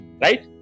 Right